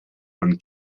von